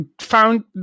found